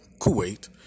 Kuwait